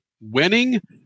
winning